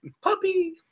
puppy